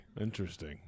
Interesting